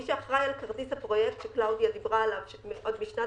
מי שאחראי על כרטיס הפרויקט שקלאודיה דיברה עליו עוד משנת